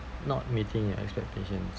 not meeting your expectations